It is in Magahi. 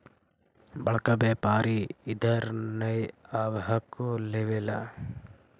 बड़का व्यापारि इधर नय आब हको लेबे ला?